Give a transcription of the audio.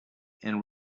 and